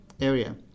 area